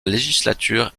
législature